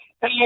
hey